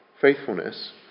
Faithfulness